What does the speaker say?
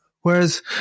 whereas